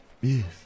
Yes